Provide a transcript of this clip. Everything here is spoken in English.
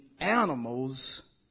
animals